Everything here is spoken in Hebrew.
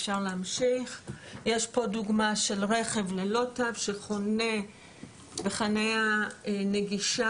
יש פה דוגמה של רכב ללא תו שחונה בחניה נגישה,